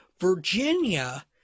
Virginia